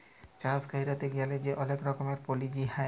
চাষ ক্যইরতে গ্যালে যে অলেক রকমের পলিছি হ্যয়